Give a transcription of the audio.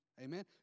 Amen